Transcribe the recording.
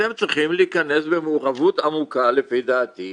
אתם צריכים להיכנס במעורבות עמוקה, לפי דעתי,